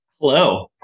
Hello